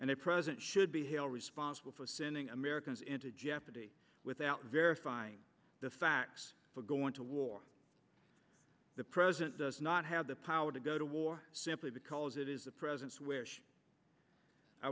and they present should be held responsible for sending americans into jeopardy without verifying the facts for going to war the president does not have the power to go to war simply because it is the president's wish i